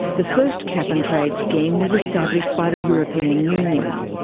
the first cap and trade scheme was established by the european union.